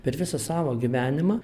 per visą savo gyvenimą